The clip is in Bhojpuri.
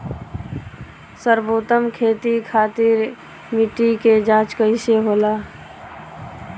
सर्वोत्तम खेती खातिर मिट्टी के जाँच कईसे होला?